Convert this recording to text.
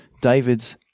David's